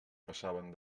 passaven